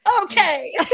Okay